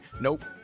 Nope